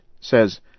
says